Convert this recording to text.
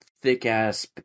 thick-ass